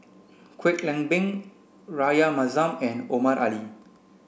Kwek Leng Beng Rahayu Mahzam and Omar Ali